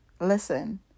listen